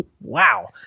wow